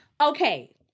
Okay